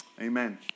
Amen